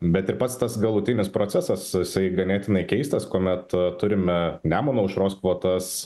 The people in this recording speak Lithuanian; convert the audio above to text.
bet ir pats tas galutinis procesas jisai ganėtinai keistas kuomet turime nemuno aušros kvotas